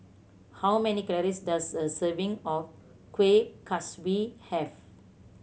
how many calories does a serving of Kueh Kaswi have